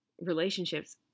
relationships